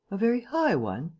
a very high one?